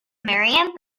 miriam